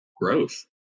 growth